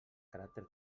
caràcter